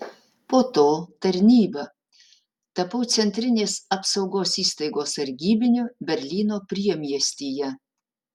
po to tarnyba tapau centrinės apsaugos įstaigos sargybiniu berlyno priemiestyje